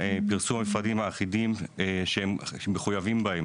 פרסום המפרטים האחידים שמחויבים בהם